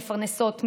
מפרנסות,